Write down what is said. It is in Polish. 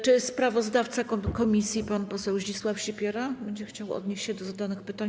Czy sprawozdawca komisji pan poseł Zdzisław Sipiera będzie chciał odnieść się do zadanych pytań?